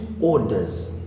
orders